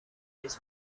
his